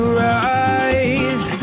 rise